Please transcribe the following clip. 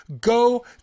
go